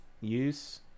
use